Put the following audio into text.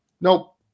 nope